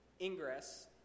ingress